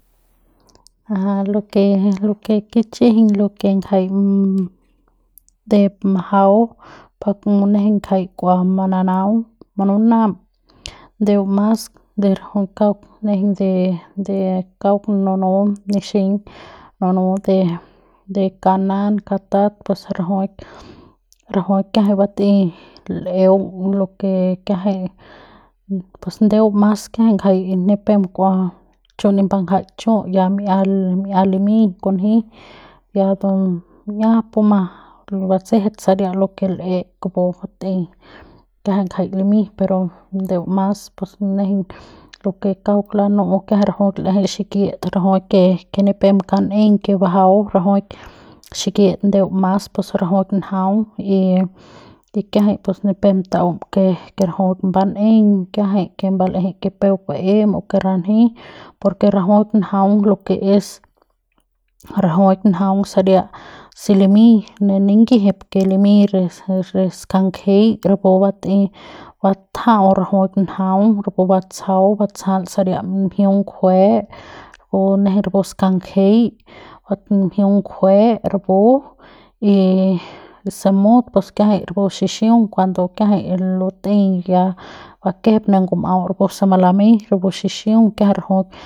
aja de lo ke lo ke kich'ijiñ de lo ke ngjai de majau pa nejeiñ ngjai kua mananaung manunam ndeu mas de rajuik kauk nejeiñ de de kauk nunu nixiñ nunu de de kanan de katat pus rajuik rajuik kiajai batei l'eung lo ke kiajai pus ndeu mas kiajai ngjai nejeiñ ni peuk kua chu ni mbangjai chu ya mi'ia mi'ia limiñ kunji ya de mi'ia puma pu batsje saria lo ke l'e kupu batei kiajai ngjai limiñ pero ndeu mas pus nejeiñ lo ke kauk lanu'u kiajai rajui l'eje xikit rajuik ke ke ni pep kan'eiñ ke bajau rajuik xikit ndeu mas pus rajuik ngjaung y kiajai pus ni pep ta'um ke ke rajuik ban'eiñ kiajai ke mbal'eje ke peuk baem ka ranji por ke rajuik njaung lo ke es rajuik njaung saria se limiñ ne ningijip ke limiñ re re skangjei rapu batei batja'au rajuik njaung rapu batsjau o batsjal saria mjiung ngjue o nejeiñ rapu skanjei bat mjiung ngjue rapu y si mut pus kiajai rapu xixiung cuando kiajai lut'ei ya bakjep ne ngumau por se malamei pu xixiung kiajai rajuik.